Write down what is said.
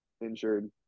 injured